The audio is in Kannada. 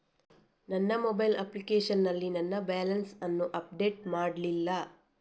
ನನ್ನ ಮೊಬೈಲ್ ಅಪ್ಲಿಕೇಶನ್ ನಲ್ಲಿ ನನ್ನ ಬ್ಯಾಲೆನ್ಸ್ ಅನ್ನು ಅಪ್ಡೇಟ್ ಮಾಡ್ಲಿಲ್ಲ